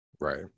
Right